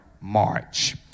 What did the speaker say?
March